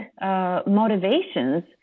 motivations